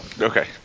Okay